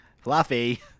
Fluffy